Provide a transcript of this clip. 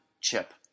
chip